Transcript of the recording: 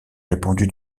répandu